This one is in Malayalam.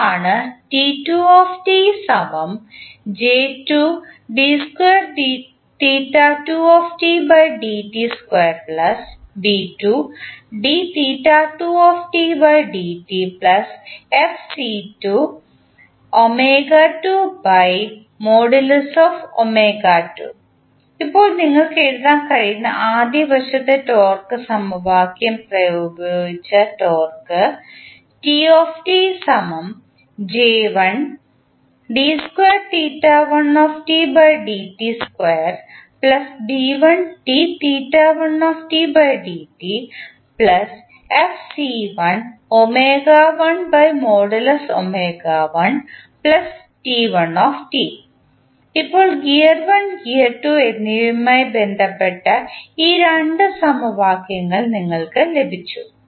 അതാണ് ഇപ്പോൾ നിങ്ങൾക്ക് എഴുതാൻ കഴിയുന്ന ആദ്യ വശത്തെ ടോർക്ക് സമവാക്യം പ്രയോഗിച്ച ടോർക്ക് ഇപ്പോൾ ഗിയർ 1 ഗിയർ 2 എന്നിവയുമായി ബന്ധപ്പെട്ട ഈ 2 സമവാക്യങ്ങൾ നിങ്ങൾക്ക് ലഭിച്ചു